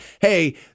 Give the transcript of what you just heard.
hey